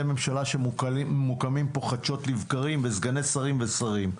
ממשלה שמוקמים פה חדשות לבקרים וסגני שרים ושרים.